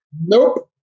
Nope